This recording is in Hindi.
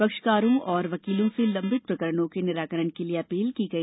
पक्षकारों और वकीलों से लंबित प्रकरणों के निराकरण के लिये अपील की गई